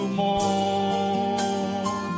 more